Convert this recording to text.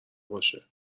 باشه